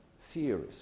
theories